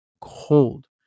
Cold